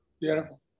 Beautiful